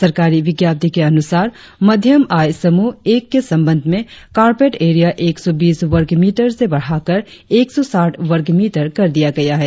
सरकारी विज्ञप्ति के अनुसार मध्यम आय समूह एक के संबंध में कारपेट एरिया एक सौ बीस वर्ग मीटर से बढ़ाकर एक सौ साठ वर्गमीटर कर दिया गया है